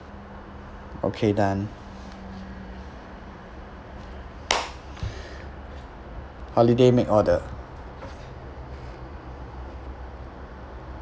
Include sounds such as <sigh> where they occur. okay done <breath> holiday make order